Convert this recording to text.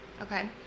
okay